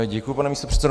Děkuji, pane místopředsedo.